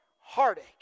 heartache